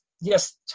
yes